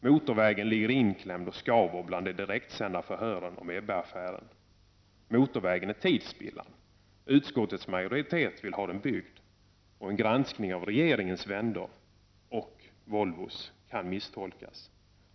Motorvägen ligger inklämd och skaver bland de direktsända förhören om Ebbeaffären, motorvägen är tidsspillan, utskottets majoritet vill ha den byggd, och en granskning av regeringens vändor, och Volvos, kan misstolkas.